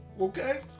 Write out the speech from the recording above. okay